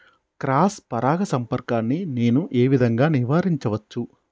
Cross పరాగ సంపర్కాన్ని నేను ఏ విధంగా నివారించచ్చు?